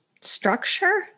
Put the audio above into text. structure